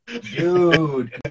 Dude